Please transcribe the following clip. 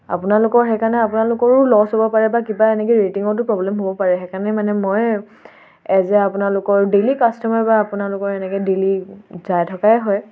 আপোনালোকৰ সেইকাৰণে আপোনালোকৰো লচ হ'ব পাৰে বা কিবা এনেকৈ ৰেটিঙতো প্ৰব্লেম হ'ব পাৰে সেইকাৰণে মানে মই এজ এ আপোনালোকৰ ডেইলি কাষ্ট'মাৰ বা আপোনালোকৰ এনেকৈ ডেইলি যাই থকাই হয়